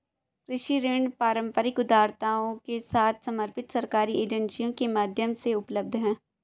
कृषि ऋण पारंपरिक उधारदाताओं के साथ समर्पित सरकारी एजेंसियों के माध्यम से उपलब्ध हैं